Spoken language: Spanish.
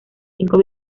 cinco